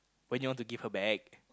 when you want to give her back